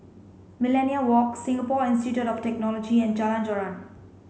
Millenia Walk Singapore Institute of Technology and Jalan Joran